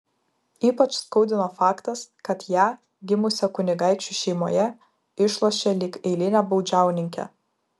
ypač skaudino faktas kad ją gimusią kunigaikščių šeimoje išlošė lyg eilinę baudžiauninkę